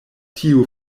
tiu